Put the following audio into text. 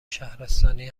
شهرستانی